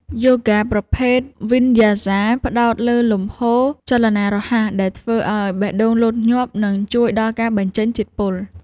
យូហ្គាប្រភេទ វីនយ៉ាសា ផ្ដោតលើលំហូរចលនារហ័សដែលធ្វើឱ្យបេះដូងលោតញាប់ និងជួយដល់ការបញ្ចេញជាតិពុល។